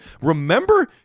Remember